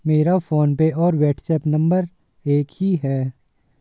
मेरा फोनपे और WhatsApp number एक ही है